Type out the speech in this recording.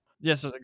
Yes